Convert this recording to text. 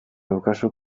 daukazu